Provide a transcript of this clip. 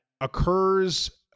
occurs